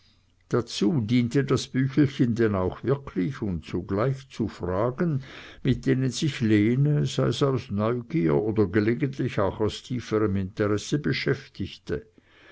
dazu diente das büchelchen denn auch wirklich und zugleich zu fragen mit denen sich lene sei's aus neugier oder gelegentlich auch aus tieferem interesse beschäftigte